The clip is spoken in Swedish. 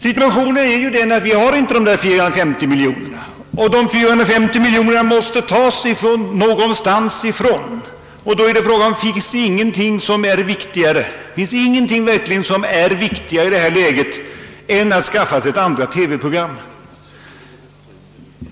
Situationen är den att vi inte har dessa 450 miljoner kronor och att de måste tas från något håll. Och då frågar man sig: Finns det för närvarande ingenting som är viktigare än att vi skaffar oss ett andra TV-program?